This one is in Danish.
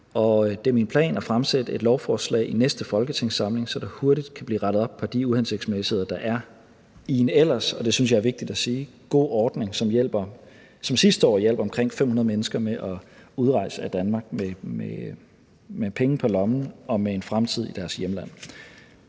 det er min plan at fremsætte et lovforslag i næste folketingssamling, så der hurtigt kan blive rettet op på de uhensigtsmæssigheder, der er i en ellers – og det synes jeg er vigtigt at sige – god ordning, som sidste år hjalp omkring 500 mennesker med at udrejse af Danmark med penge på lommen og med en fremtid i deres hjemland.